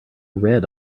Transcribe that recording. red